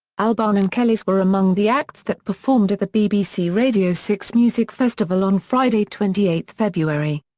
albarn and kelis were among the acts that performed at the bbc radio six music festival on friday twenty eight february.